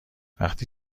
وقتی